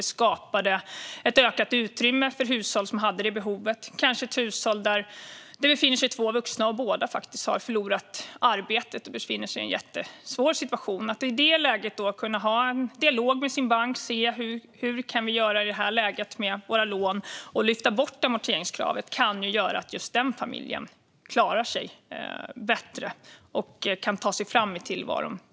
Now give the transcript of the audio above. Det skapade ett ökat utrymme för hushåll som hade det behovet, kanske ett hushåll med två vuxna som båda har förlorat arbetet och befinner sig i en jättesvår situation. Att i det läget kunna ha en dialog med sin bank för att se hur man i detta läge kan göra med sina lån och att amorteringskravet lyfts bort kan göra att just den familjen klarar sig bättre och kan ta sig fram i tillvaron.